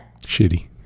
Shitty